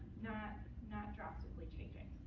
not not drastically changing.